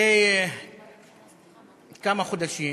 זה כמה חודשים